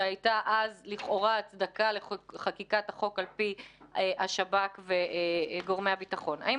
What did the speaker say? שלכאורה הייתה אז הצדקה לחקיקת החוק על פי השב"כ וגורמי הביטחון היו